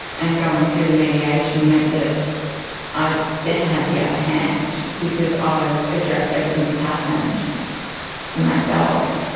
and going through the mediation meant that i then had the upper hand, because i've addressed everything that's happened for myself.